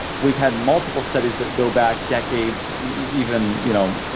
we've had multiple studies that go back decades even, you know,